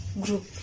group